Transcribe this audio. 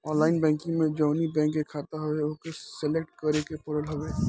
online banking में जवनी bank के खाता हवे ओके सलेक्ट करे के पड़त हवे